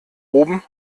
oben